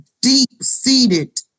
deep-seated